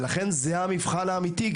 ולכן זה המבחן האמיתי.